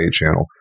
channel